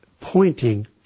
pointing